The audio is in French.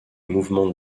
mouvement